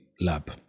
Lab